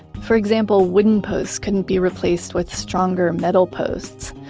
for example, wooden posts couldn't be replaced with stronger metal posts,